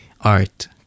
art